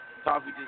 Coffee